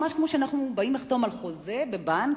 ממש כמו שאנחנו באים לחתום על חוזה בבנק,